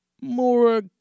more